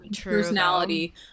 personality